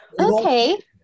Okay